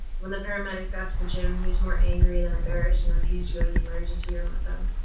when the paramedics got to the gym he was more angry than embarrassed and refused to go to the emergency room with them.